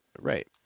Right